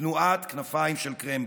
תנועת כנפיים של קרמבו.